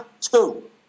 Two